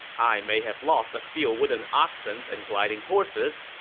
i may have lost a few wooden oxens and gliding horses,